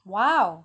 !wow!